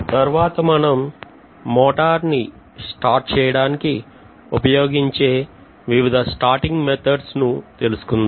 తర్వాత మనం మోటార్ ని స్టార్ట్ చేయడానికి ఉపయోగించే వివిధ స్టార్టింగ్ పద్ధతిస్ ను తెలుసుకుందాం